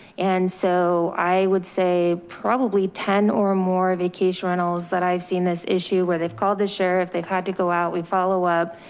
and so i would say probably ten or more vacation rentals that i've seen this issue where they've called the sheriff. they've had to go out, we follow up.